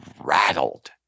rattled